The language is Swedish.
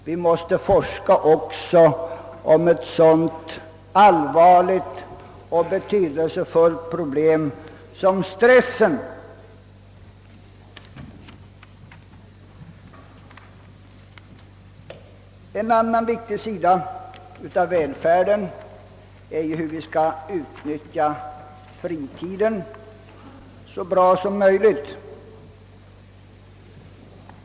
Vi måste också forska när det gäller ett så allvarligt och betydelsefullt problem som stressen. En annan viktig sida av välfärden är hur vi skall utnyttja fritiden så bra som möjligt.